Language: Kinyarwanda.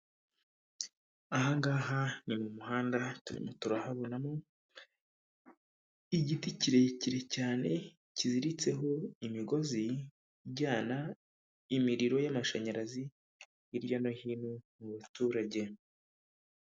Aha ngaha ni mu muhandarimo turahabonamo igiti kirekire cyane kiziritseho imigozi ijyana imiriro y'amashanyarazi hirya no hino mu baturage.